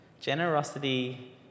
Generosity